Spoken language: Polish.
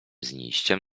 znijściem